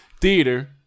Theater